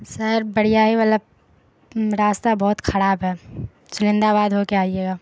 سر بڑھیا ہی والا راستہ بہت خراب ہے سرندہ باد ہوکے آئیے گا